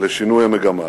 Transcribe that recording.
לשינוי המגמה.